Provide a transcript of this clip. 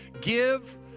give